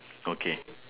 okay